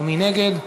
ומי נגד?